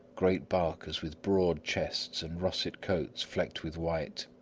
great barkers, with broad chests and russet coats flecked with white.